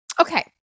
okay